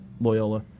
Loyola